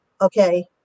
Okay